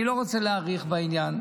אני לא רוצה להאריך בעניין,